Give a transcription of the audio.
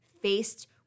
faced